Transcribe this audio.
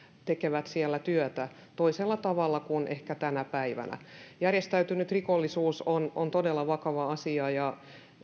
tekevät siellä työtä toisella tavalla kuin ehkä tänä päivänä järjestäytynyt rikollisuus on on todella vakava asia ja